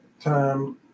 time